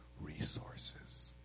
resources